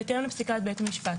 בהתאם לפסיקת בית המשפט.